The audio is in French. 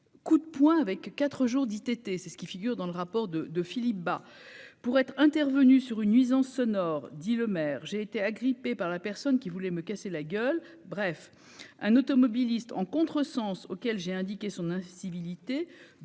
coup de poing avec 4 jours d'ITT, c'est ce qui figure dans le rapport de de Philippe Bas pour être intervenu sur une nuisance sonore dit Lemaire, j'ai été agrippé par la personne qui voulait me casser la gueule, bref un automobiliste en contresens auquel j'ai indiqué son incivilités